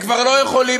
הם כבר לא יכולים.